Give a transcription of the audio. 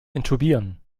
intubieren